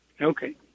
Okay